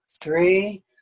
three